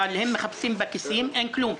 אבל הם מחפשים בכיסים אין כלום,